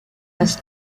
los